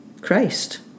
Christ